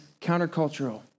countercultural